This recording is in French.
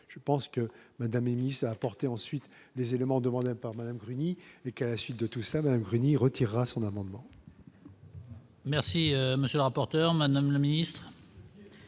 je pense que Madame Elis apporté ensuite les éléments demandés par Madame Bruni et qu'à la suite de tout ça, ben Grigny retirera son amendement. Merci, monsieur le rapporteur, Madame la Ministre.